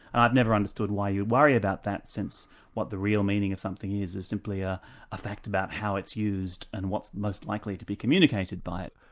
i've never understood why you'd worry about that, since what the real meaning of something is, is simply a ah fact about how it's used, and what's most likely to be communicated by it.